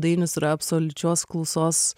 dainius yra absoliučios klausos